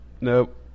Nope